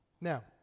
Now